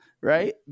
Right